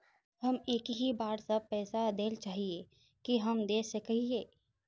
हम एक ही बार सब पैसा देल चाहे हिये की हम दे सके हीये?